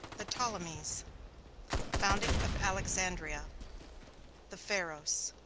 the ptolemies founding of alexandria the pharos.